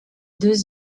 deux